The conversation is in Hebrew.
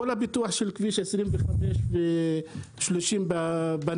כל הפיתוח של כבישים 25 ו-30 בנגב,